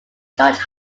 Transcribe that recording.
george